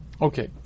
Okay